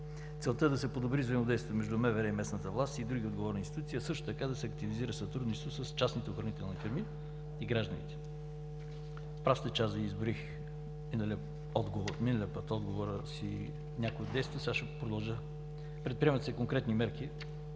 Целта е да се подобри взаимодействието между МВР и местната власт и други отговорни институции, а също така да се активизира сътрудничеството с частните охранителни фирми и гражданите. Прав сте, че аз Ви изброих миналия път в отговора си някои действия, сега ще продължа – предприемат се конкретни мерки